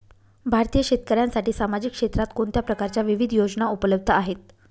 भारतीय शेतकऱ्यांसाठी सामाजिक क्षेत्रात कोणत्या प्रकारच्या विविध योजना उपलब्ध आहेत?